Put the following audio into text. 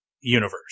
universe